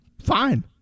fine